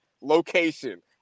location